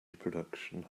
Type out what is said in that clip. production